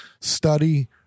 study